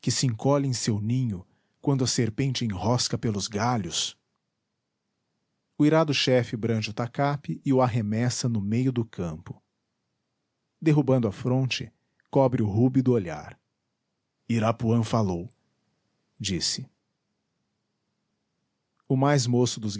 se encolhe em seu ninho quando a serpente enrosca pelos galhos o irado chefe brande o tacape e o arremessa no meio do campo derrubando a fronte cobre o rúbido olhar irapuã falou disse o mais moço dos